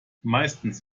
meistens